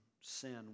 sin